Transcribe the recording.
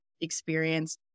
experience